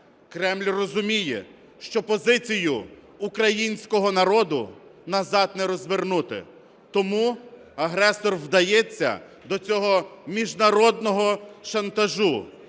Кремль розуміє, що позицію українського народу назад не розвернути. Тому агресор вдається до цього міжнародного шантажу.